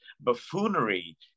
buffoonery